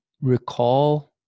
recall